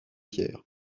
pierre